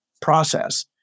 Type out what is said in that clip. process